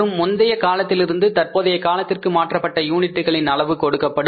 மற்றும் முந்தைய காலத்திலிருந்து தற்போதைய காலத்திற்கு மாற்றப்பட்ட யூனிட்களின் அளவு கொடுக்கப்படும்